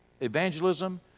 evangelism